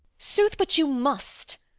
sooth, but you must.